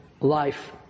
life